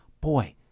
boy